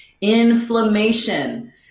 Inflammation